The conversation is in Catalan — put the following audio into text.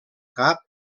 cap